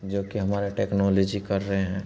जोकि हमारी टेक्नोलोजी कर रही है